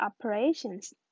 operations